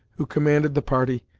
who commanded the party,